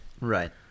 right